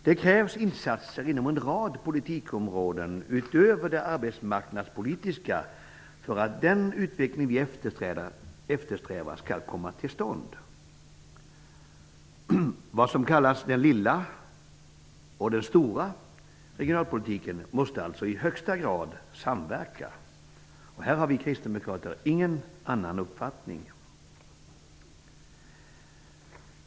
Det krävs insater inom en rad politikområden utöver det arbetsmarknadspolitiska för att den utveckling vi eftersträvar skall komma till stånd. Vad som har kallats den lilla och den stora regionalpolitiken måste alltså i högsta grad samverka. Vi kristdemokrater har ingen annan uppfattning.